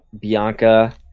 Bianca